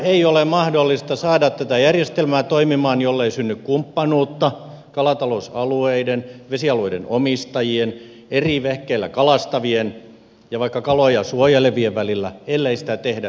ei ole mahdollista saada tätä järjestelmää toimimaan jollei synny kumppanuutta kalatalousalueiden vesialueiden omistajien eri vehkeillä kalastavien ja vaikka kaloja suojelevien välillä ja jollei sitä tehdä siellä kalatalousalueella